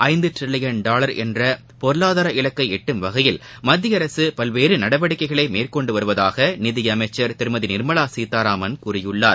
ஐந்து trillion dollar என்ற பொருளாதார இலக்கை எட்டும் வகையில் மத்திய அரசு பல்வேறு நடவடிக்கைகளை மேற்கொண்டு வருவதாக நிதி அமைச்சர் திருமதி நிர்மவா சீதாராமன் கூறியுள்ளார்